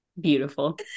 Beautiful